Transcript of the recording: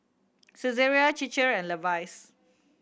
Saizeriya Chir Chir and Levi's